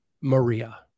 Maria